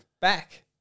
back